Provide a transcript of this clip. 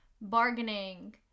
bargaining